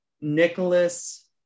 Nicholas